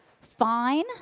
fine